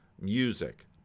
music